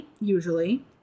usually